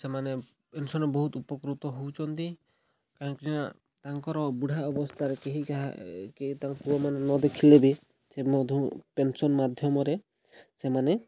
ସେମାନେ ପେନସନ୍ ବହୁତ ଉପକୃତ ହେଉଛନ୍ତି କାହିଁକିନା ତାଙ୍କର ବୁଢ଼ା ଅବସ୍ଥାରେ କେହି କାହା କେହି ତାଙ୍କ ପୁଅମାନେ ନ ଦେଖିଲେ ବି ସେ ମଧ୍ୟ ପେନସନ୍ ମାଧ୍ୟମରେ ସେମାନେ